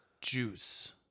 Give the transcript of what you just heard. juice